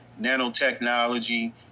Nanotechnology